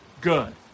good